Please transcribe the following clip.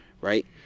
right